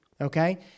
Okay